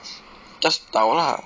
just 倒 lah